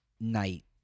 night